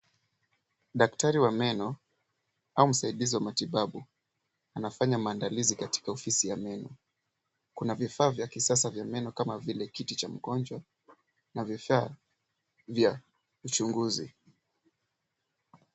Daktari wa meno au msaidizi wa matibabu anafanya maandalizi katika ofisi yake. Kuna vifaa vya kisasa va meno kama vile kiti cha mgonjwa na vifaa vya uchunguzi.